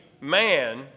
man